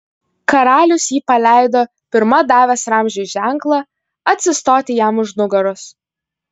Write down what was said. karalius jį paleido pirma davęs ramziui ženklą atsistoti jam už nugaros